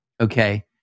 Okay